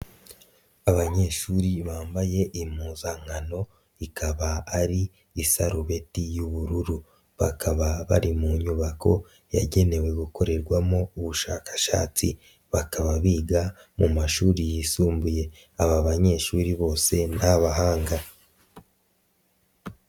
Abanyeshuri bambaye impuzankano ikaba ari isarubeti y'ubururu, bakaba bari mu nyubako yagenewe gukorerwamo ubushakashatsi bakaba biga mu mashuri yisumbuye, aba banyeshuri bose ni abahanga.